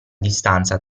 distanza